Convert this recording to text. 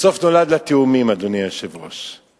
בסוף נולדו לה תאומים, אדוני היושב-ראש.